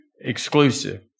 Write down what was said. exclusive